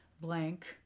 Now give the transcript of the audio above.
blank